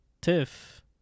Tiff